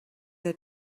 they